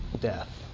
death